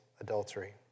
adultery